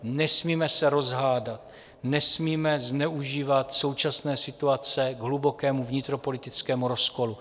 Nesmíme se rozhádat, nesmíme zneužívat současné situace k hlubokému vnitropolitickému rozkolu.